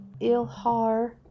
Ilhar